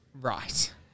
Right